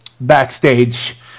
backstage